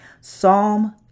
Psalm